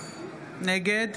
נגד